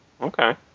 Okay